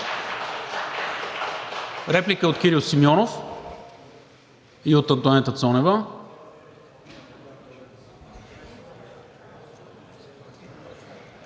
Реплика от Кирил Симеонов и от Антоанета Цонева.